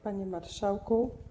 Panie Marszałku!